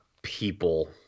people